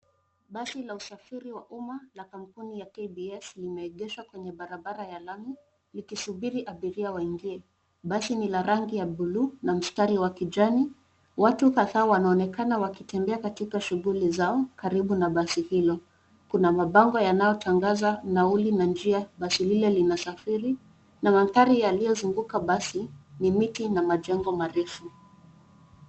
Basi la usafiri wa umma la kampuni ya KBS limeegeshwa kwenye barabara ya lami likisubiri abiria waingine. Basi ni la rangi ya bluu na mstari wa kijani. Watu kadhaa wanaonekana wakitembea katika shughuli zao karibu na basi hilo. Kuna mabango yanayotangaza nauli na njia basi lile linasafiri. Na mandhari yaliyozunguka basi, ni miti na majengo marefu.